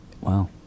Wow